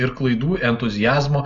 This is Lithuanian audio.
ir klaidų ir entuziazmo